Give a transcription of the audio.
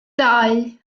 dau